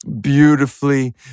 beautifully